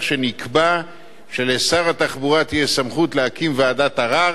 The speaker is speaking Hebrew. שנקבע שלשר התחבורה תהיה סמכות להקים ועדת ערר